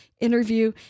interview